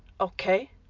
okay